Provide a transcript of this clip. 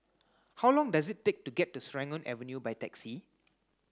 how long does it take to get to Serangoon Avenue by taxi